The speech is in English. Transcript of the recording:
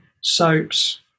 soaps